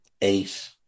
eight